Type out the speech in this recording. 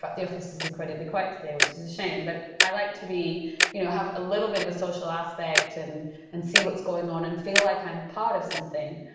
but the office is incredibly quiet today, which is a shame. but i like to you know have a little bit of a social aspect and and see what's going on and feel like i'm part of something,